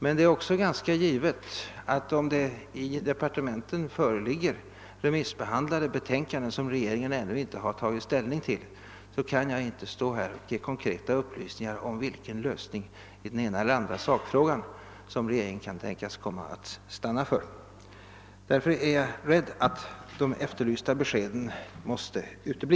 Men — och detta är också självklart — om det i departementen föreligger remissbehandlade betänkanden som regeringen ännu inte tagit ställning till, kan jag inte här ge konkreta upplysningar om vilken lösning i den ena eller andra sakfrågan som regeringen kan tänkas komma att stanna för. Därför är jag rädd att de efterlysta beskeden måste utebli.